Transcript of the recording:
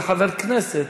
זה חבר כנסת